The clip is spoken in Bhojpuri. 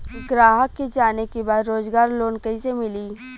ग्राहक के जाने के बा रोजगार लोन कईसे मिली?